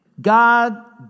God